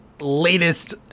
Latest